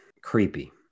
creepy